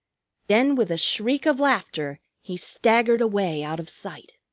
then with a shriek of laughter he staggered away out of sight.